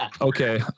Okay